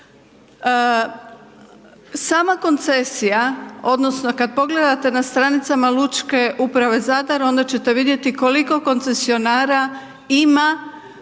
Sama koncesija odnosno kad pogledate na stranicama lučke uprave Zadar, onda ćete vidjeti koliko koncesionara ima